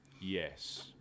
Yes